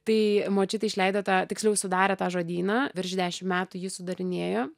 tai močiutė išleido tą tiksliau sudarė tą žodyną virš dešim metų jį sudarinėjo